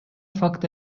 факт